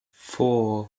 four